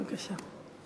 בבקשה.